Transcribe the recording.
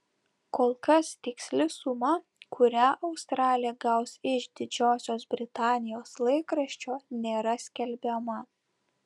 kol kas tiksli suma kurią australė gaus iš didžiosios britanijos laikraščio nėra skelbiama